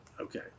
okay